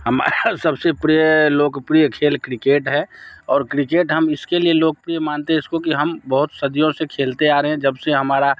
हमारा सबसे प्रिय लोकप्रिय खेल क्रिकेट है और क्रिकेट हम इसके लिए लोकप्रिय मानते है इसको कि हम बहुत सदियों से खेलते आ रहे जब से हमारा